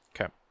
Okay